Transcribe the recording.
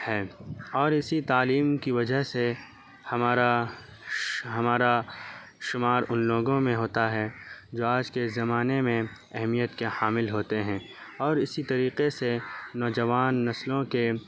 ہے اور اسی تعلیم کی وجہ سے ہمارا ہمارا شمار ان لوگوں میں ہوتا ہے جو آج کے زمانے میں اہمیت کے حامل ہوتے ہیں اور اسی طریقے سے نوجوان نسلوں کے